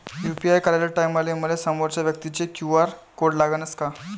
UPI कराच्या टायमाले मले समोरच्या व्यक्तीचा क्यू.आर कोड लागनच का?